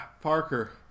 parker